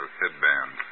headband